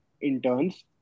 interns